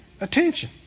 attention